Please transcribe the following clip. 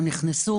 הם נכנסו